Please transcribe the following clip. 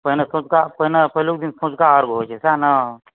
पहिने सँझका अर्घ्य पहिलुक दिन सँझका अर्घ्य होइ छै सएह ने छै ने